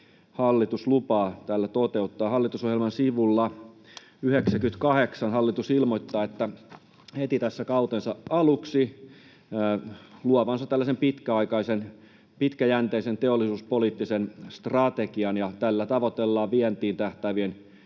hallitus lupaa täällä toteuttaa. Hallitusohjelman sivulla 98 hallitus ilmoittaa heti tässä kautensa aluksi luovansa tällaisen pitkäaikaisen, pitkäjänteisen teollisuuspoliittisen strategian. Tällä tavoitellaan vientiin tähtäävien